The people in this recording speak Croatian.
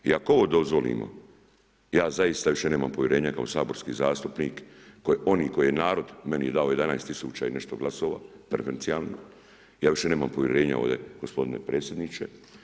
I ako ovo dozvolimo ja zaista više nemam povjerenja kao saborski zastupnik, oni koje je narod meni dao 11000 i nešto glasova preferencijalnih ja više nemam povjerenja ovdje gospodine predsjedniče.